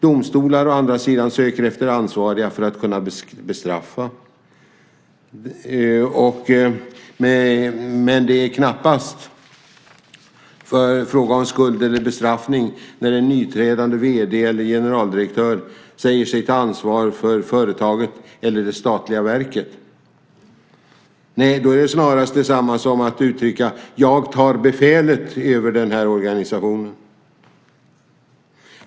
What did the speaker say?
Domstolar å andra sidan söker efter ansvariga för att bestraffa, men det är knappast fråga om skuld eller bestraffning när en nytillträdande vd eller generaldirektör säger sig ta ansvar för företaget eller det statliga verket. Nej, det är snarast detsamma som att uttrycka: "Jag tar befälet över organisationen."